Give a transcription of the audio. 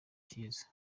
cyiza